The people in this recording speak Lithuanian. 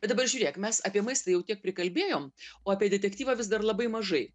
bet dabar žiūrėk mes apie maistą jau tiek prikalbėjom o apie detektyvą vis dar labai mažai